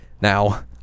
Now